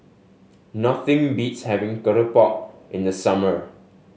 nothing beats having keropok in the summer